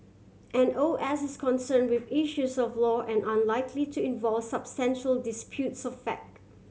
an O S is concern with issues of law and unlikely to involve substantial disputes of fact